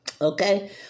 Okay